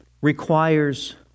requires